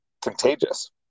contagious